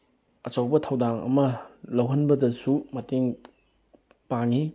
ꯑꯆꯧꯕ ꯊꯧꯗꯥꯡ ꯑꯃ ꯂꯧꯍꯟꯕꯗꯁꯨ ꯃꯇꯦꯡ ꯄꯥꯡꯉꯤ